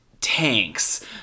tanks